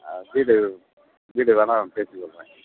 வீடு வீடு வேணா பேசி விட்றேன்